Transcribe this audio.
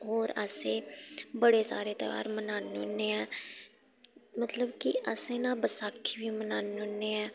होर अस बड़े सारे तेहार मनान्ने होन्ने ऐं मतलब कि अस ना बसाखी बी मनान्ने होन्ने ऐं